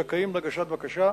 זכאים להגיש בקשה: